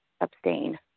abstain